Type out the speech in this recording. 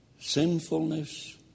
sinfulness